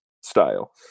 style